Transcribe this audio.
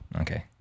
Okay